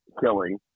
killing